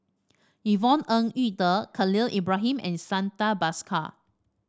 Yvonne Ng Uhde Khalil Ibrahim and Santha Bhaskar